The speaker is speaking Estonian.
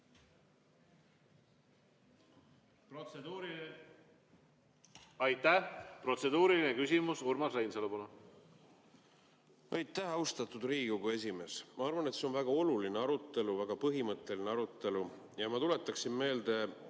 Aitäh! Protseduuriline küsimus. Urmas Reinsalu, palun! Aitäh, austatud Riigikogu esimees! Ma arvan, et see on väga oluline arutelu, väga põhimõtteline arutelu. Ma tuletaksin meelde